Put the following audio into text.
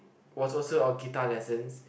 was also our guitar lessons